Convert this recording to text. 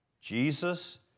Jesus